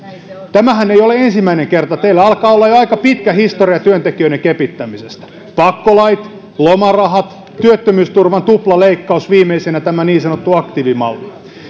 tämähän ei ole ensimmäinen kerta teillä alkaa olla jo aika pitkä historia työntekijöiden kepittämisestä pakkolait lomarahat työttömyysturvan tuplaleikkaus viimeisenä tämä niin sanottu aktiivimalli